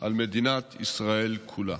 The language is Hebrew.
על מדינת ישראל כולה.